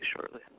shortly